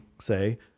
say